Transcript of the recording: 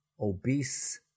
obese